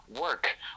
Work